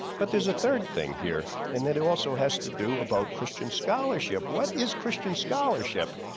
but there's a third thing here and that it also has to do about christian scholarship what is christian scholarship.